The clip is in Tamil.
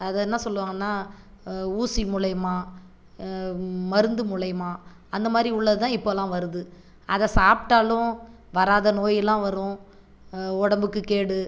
அதை என்ன சொல்லுவாங்கன்னா ஊசி மூலயமாக மருந்து மூலயமாக அந்த மாரி உள்ளது தான் இப்போலாம் வருது அதை சாப்பிட்டாலும் வராத நோயெல்லாம் வரும் உடம்புக்கு கேடு